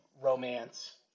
romance